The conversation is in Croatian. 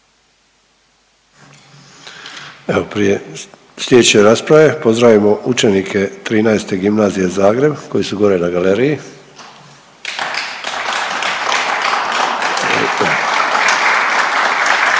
Evo prije slijedeće rasprave, pozdravimo učenike XIII. Gimnazije Zagreb koji su gore na galeriji.